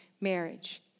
marriage